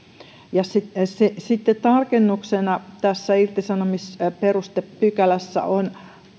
ja sitten tarkennuksena tässä irtisanomisperustepykälässä on